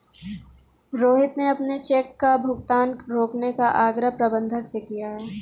रोहित ने अपने चेक का भुगतान रोकने का आग्रह प्रबंधक से किया है